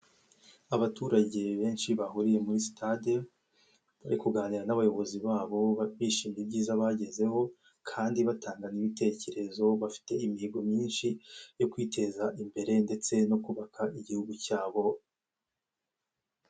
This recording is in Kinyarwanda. Abaturage benshi bahuriye muri sitade, bari kuganira n'abayobozi babo ba bishimira ibyiza bagezeho, kandi batanga ibitekerezo bafite imihigo myinshi yo kwiteza imbere ndetse no kubaka igihugu cyabo.